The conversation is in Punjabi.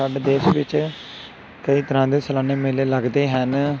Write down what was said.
ਸਾਡੇ ਦੇਸ਼ ਵਿੱਚ ਕਈ ਤਰ੍ਹਾਂ ਦੇ ਸਾਲਾਨਾ ਮੇਲੇ ਲੱਗਦੇ ਹਨ